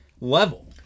level